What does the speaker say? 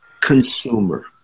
consumer